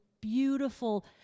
beautiful